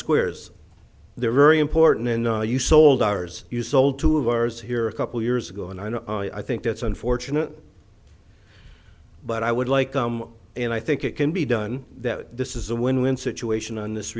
squares they're very important and you sold ours you sold two of ours here a couple years ago and i know i think that's unfortunate but i would like um and i think it can be done that this is a win win situation on this